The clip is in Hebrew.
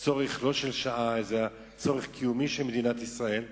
לא צורך של שעה, אלא צורך קיומי של מדינת ישראל.